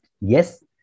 Yes